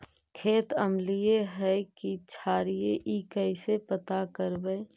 खेत अमलिए है कि क्षारिए इ कैसे पता करबै?